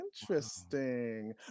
interesting